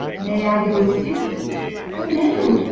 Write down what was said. may i go with you oh, no!